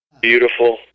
Beautiful